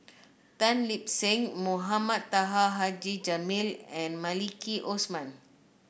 Tan Lip Seng Mohamed Taha Haji Jamil and Maliki Osman